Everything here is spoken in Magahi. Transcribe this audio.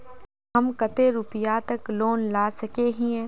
हम कते रुपया तक लोन ला सके हिये?